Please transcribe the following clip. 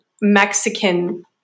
Mexican